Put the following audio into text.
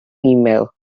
email